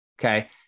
Okay